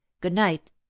Good-night